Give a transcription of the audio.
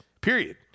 Period